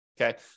Okay